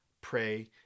pray